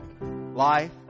life